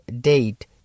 date